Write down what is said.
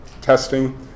testing